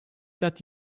that